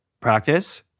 practice